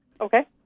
Okay